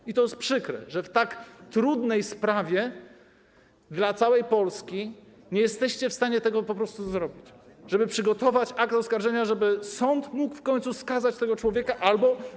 I to jest przykre, że w tak trudnej sprawie dla całej Polski nie jesteście w stanie tego zrobić, żeby przygotować akt oskarżenia, żeby sąd mógł w końcu skazać tego człowieka albo.